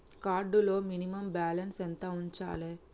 Card లో minimum balance ఎంత ఉంచాలే?